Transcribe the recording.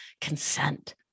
consent